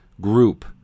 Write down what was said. group